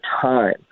time